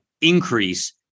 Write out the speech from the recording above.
increase